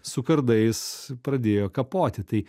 su kardais pradėjo kapoti tai